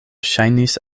ŝajnis